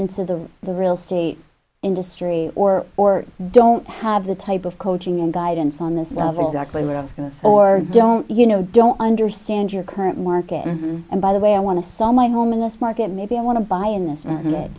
into the the real state industry or or don't have the type of coaching and guidance on this of exactly what i was going to say or don't you know don't understand your current market and by the way i want to sell my home in this market maybe i want to buy in this